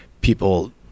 people